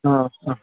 ആ അ